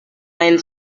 line